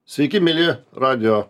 sveiki mieli radijo